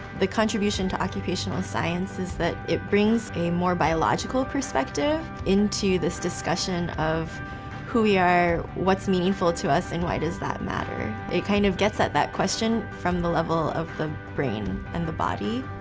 the contribution to occupational science is that it brings a more biological perspective into this discussion of who we are, what's meaningful to us, and why does that matter? it kind of gets at that question from the level of the brain and the body.